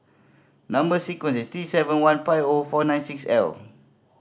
number sequence is T seven one five O four nine six L